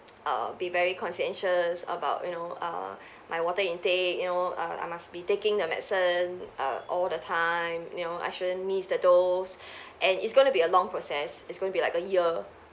err be very conscientious about you know err my water intake you know err I must be taking the medicine err all the time you know I shouldn't miss the dose and it's gonna be a long process it's going to be like a year